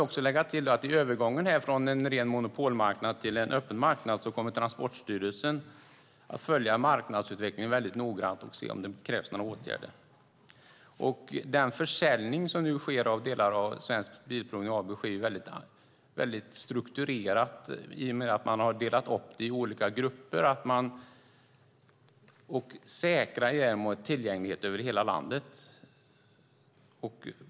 Vid övergången från en ren monopolmarknad till en öppen marknad kommer Transportstyrelsen att följa marknadsutvecklingen mycket noggrant och se om det krävs några åtgärder. Den försäljning som nu sker av delar av AB Svensk Bilprovning sker väldigt strukturerat, i och med att man har delat upp det i olika grupper. Därmed säkrar man tillgänglighet över hela landet.